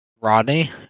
rodney